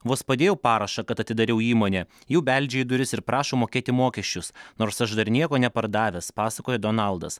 vos padėjau parašą kad atidariau įmonę jau beldžia į duris ir prašo mokėti mokesčius nors aš dar nieko nepardavęs pasakoja donaldas